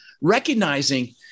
Recognizing